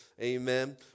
Amen